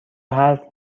حرف